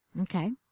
Okay